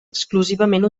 exclusivament